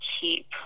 keep